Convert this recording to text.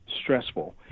stressful